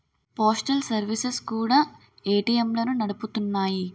postal services కూడా ఏటీఎంలను నడుపుతున్నాయి